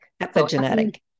Epigenetic